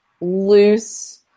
loose